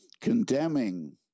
condemning